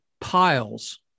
piles